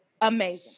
Amazing